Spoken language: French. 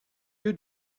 lieu